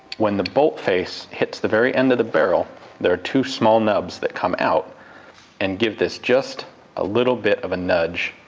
when the bolt face hits the very end of the barrel there are two small nubs that come out and give this just a little bit of a nudge